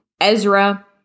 Ezra